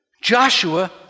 Joshua